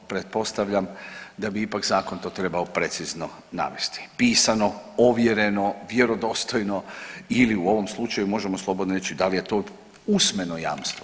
Pretpostavljam da bi ipak zakon to trebao precizno navesti pisano, ovjereno, vjerodostojno ili u ovom slučaju možemo slobodno reći da li je to usmeno jamstvo.